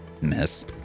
Miss